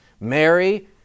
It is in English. Mary